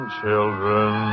children